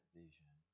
vision